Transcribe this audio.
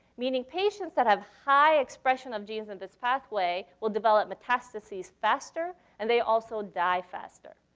meaning patients that have high expression of genes in this pathway will develop metastases faster, and they also die faster.